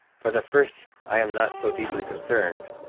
for the first i am not so deeply concerned,